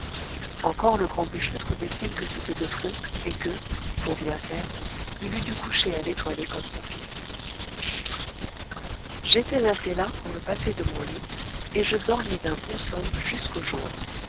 encore le grand bûcheux trouvait-il que c'était de trop et que pour bien faire il eût dû coucher à l'étoilée comme son fils j'étais assez las pour me passer de mon lit et je dormis d'un bon somme jusqu'au jour